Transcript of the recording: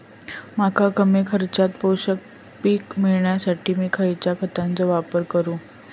मका कमी खर्चात पोषक पीक मिळण्यासाठी मी खैयच्या खतांचो वापर करू?